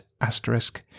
asterisk